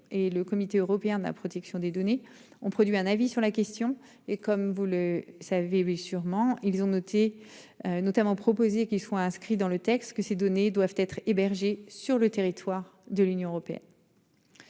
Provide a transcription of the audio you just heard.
et le comité européen de la protection des données ont produit un avis sur la question et comme vous le savez sûrement, ils ont noté. Notamment proposé qu'il soit inscrit dans le texte que ces données doivent être hébergés sur le territoire de l'Union européenne.--